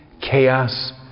chaos